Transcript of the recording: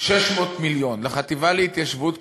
600 מיליון לחטיבה להתיישבות,